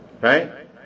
Right